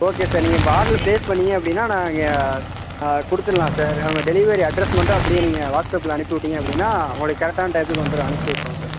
okay sir நீங்கள் இப்போது order place பண்ணிங்க அப்படினா நாங்கள் கொடுத்துடலாம் சார் நம்ம டெலிவெரி அட்ரெஸ் மட்டும் அப்படியே நீங்கள் வாட்சப்பில் அனுப்பிவிட்டிங்க அப்படினா உங்களுடைய கரெக்டான டயத்துக்கு வந்துடும் அனுப்பி விட்டுருவோம் சார்